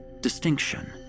distinction